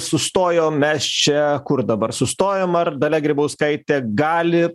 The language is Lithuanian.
sustojom mes čia kur dabar sustojom ar dalia grybauskaitė gali